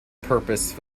purpose